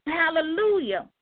hallelujah